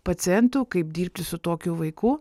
pacientu kaip dirbti su tokiu vaiku